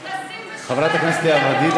הם טסים בשבת, על מי אתם עובדים?